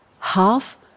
half